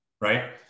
right